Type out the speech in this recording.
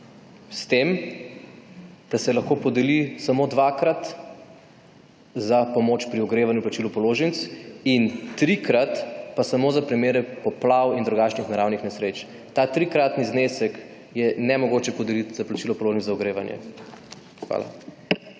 s tem, da se lahko podeli samo dvakrat za pomoč pri ogrevanju, plačilu položnic in trikrat pa samo za primere poplav in drugih naravnih nesreč. Ta trikratni znesek je nemogoče podeliti za plačilo položnic za ogrevanje. Hvala.